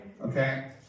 Okay